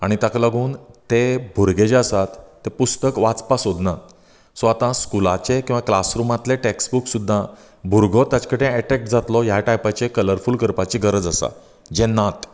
आनी ताका लागून तें भुरगें जें आसात तें पुस्तक वाचपाक सोदनात स्वता स्कुलाचे किंवा क्लासरुमांतलें टॅक्सबुक सुद्दां भुरगो ताचे कडेन एट्रेक्ट जातलो ह्या टायपाचें कलरफुल करपाचें गरज आसा जें नात